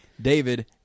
David